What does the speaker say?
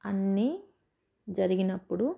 అన్నీ జరిగినప్పుడు